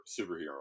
superhero